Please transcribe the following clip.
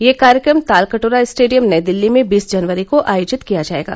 यह कार्यक्रम तालकटोरा स्टेडियम नई दिल्ली में बीस जनवरी को आयोजित किया जाएगा